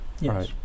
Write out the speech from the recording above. Yes